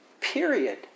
period